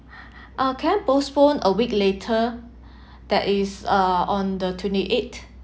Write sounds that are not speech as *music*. *breath* can I postpone a week later that is uh on the twenty-eight